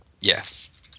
Yes